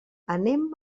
anem